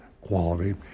quality